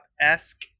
esque